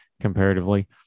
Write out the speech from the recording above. comparatively